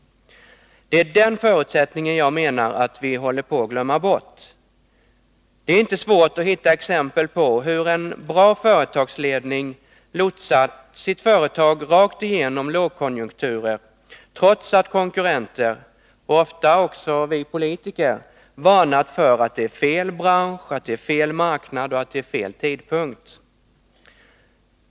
Det är den förutsättningen som jag menar att vi håller på att glömma bort. Det är inte svårt att hitta exempel på hur en bra företagsledning har lotsat företag rakt igenom lågkonjunkturer, trots att konkurrenter — och ofta också vi politiker — varnat för att det är fel bransch, fel marknad och fel tidpunkt.